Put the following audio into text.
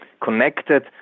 connected